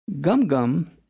Gum-Gum